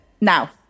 Now